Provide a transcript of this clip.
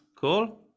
Cool